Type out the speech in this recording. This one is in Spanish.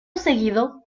seguido